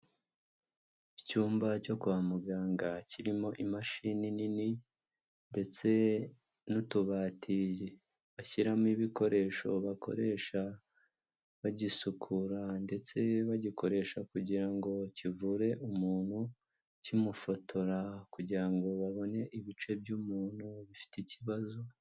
Icyumba cyo kwa muganga kirimo imashini nini ndetse n'utubati bashyiramo ibikoresho bakoresha bagisukura, ndetse bagikoresha kugira ngo kivure umuntu kimufotora, kugira ngo babone ibice by'umuntu bifite ikibazo.